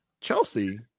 Chelsea